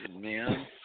man